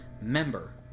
member